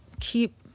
keep